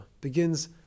begins